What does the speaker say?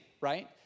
right